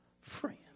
friend